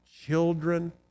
children